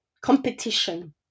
competition